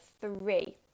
three